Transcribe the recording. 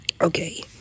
Okay